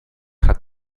hat